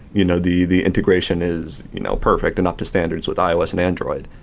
you know the the integration is you know perfect and up to standards with ios and android,